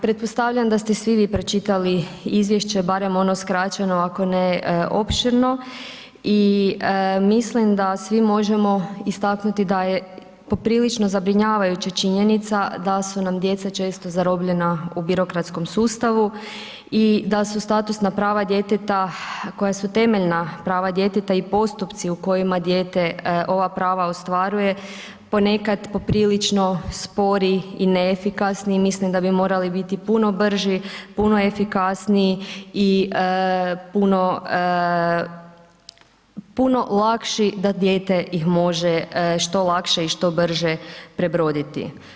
Pretpostavljam da ste svi vi pročitali izvješće barem ono skraćeno ako ne opširno i mislim da svi možemo istaknuti da je poprilično zabrinjavajuća činjenica da su nam djeca često zarobljena u birokratskom sustavu i da su statusna prava djeteta koja su temeljne prava djeteta i postupci u kojima dijete ova prava ostvaruje ponekad poprilično spori i neefikasni i mislim da bi morali biti puno brži, puno efikasniji i puno lakši da dijete ih može što lakše i što brže prebroditi.